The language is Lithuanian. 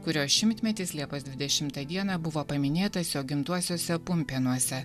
kurio šimtmetis liepos dvidešimtą dieną buvo paminėtas jo gimtuosiuose pumpėnuose